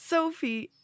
Sophie